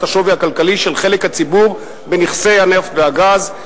השווי הכלכלי של חלק הציבור בנכסי הנפט והגז,